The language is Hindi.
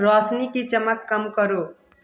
रौशनी की चमक कम करो